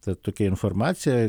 ta tokia informacija